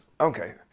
Okay